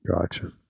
Gotcha